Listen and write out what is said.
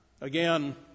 Again